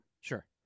sure